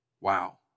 Wow